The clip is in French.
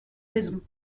raisons